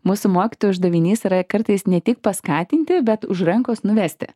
mūsų mokytojų uždavinys yra kartais ne tik paskatinti bet už rankos nuvesti